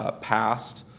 ah passed.